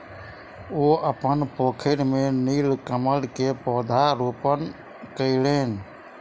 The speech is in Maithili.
ओ अपन पोखैर में नीलकमल के पौधा रोपण कयलैन